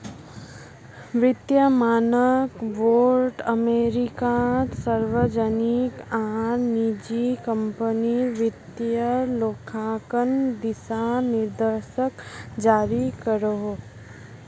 वित्तिय मानक बोर्ड अमेरिकात सार्वजनिक आर निजी क्म्पनीर वित्तिय लेखांकन दिशा निर्देशोक जारी करोहो